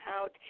out